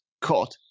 caught